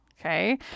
Okay